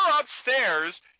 upstairs